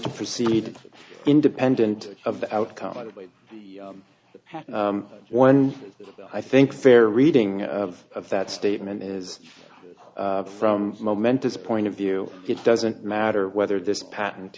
to proceed independent of the outcome of the one i think fair reading of that statement is from momentous point of view it doesn't matter whether this patent